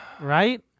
Right